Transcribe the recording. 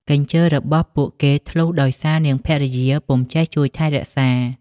កញ្ជើរបស់ពួកគេធ្លុះដោយសារនាងភរិយាពុំចេះជួយថែរក្សា។